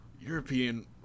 European